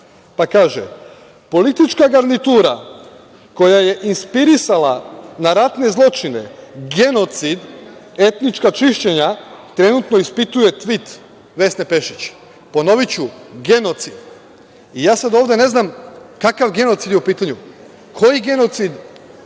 "Danasu": "Politička garnitura koja je inspirisala na ratne zločine genocid, etnička čišćenja, trenutno ispituje tvit Vesne Pešić". Ponoviću - genocid. Ja sad ovde ne znam kakav genocid je u pitanju? Koji genocid